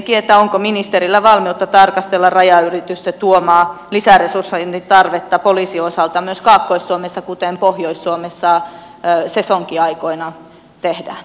kysyisinkin onko ministerillä valmiutta tarkastella rajanylitysten tuomaa lisäresursoinnin tarvetta poliisin osalta myös kaakkois suomessa kuten pohjois suomessa sesonkiaikoina tehdään